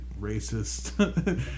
racist